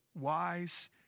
wise